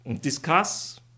discuss